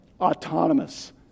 autonomous